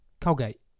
Colgate